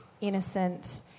innocent